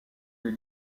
des